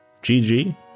GG